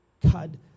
God